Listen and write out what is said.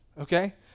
okay